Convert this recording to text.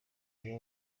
nibo